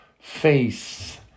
face